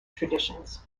traditions